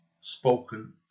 Spoken